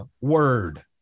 word